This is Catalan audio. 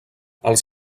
els